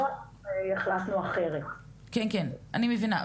אני מבינה.